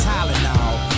Tylenol